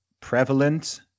prevalent